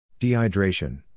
Dehydration